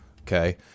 okay